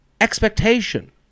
Expectation